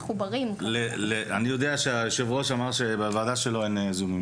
אני יודע שהיושב ראש אמר שבוועדה שלו אין זומים.